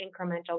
incremental